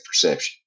perception